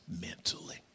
mentally